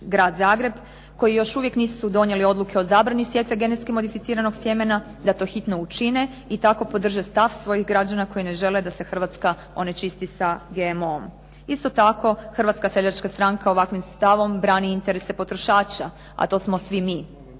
Grad Zagreb koje još uvijek nisu donijele odluke o zabrani sjetve genetski modificiranog sjemena, da to hitno učine i tako podrže stav svojih građana koji ne žele da se Hrvatska onečisti sa GMO-om. Isto tako Hrvatska seljačka stranka ovakvim stavom brani interese potrošača, a to smo svi mi.